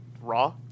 Raw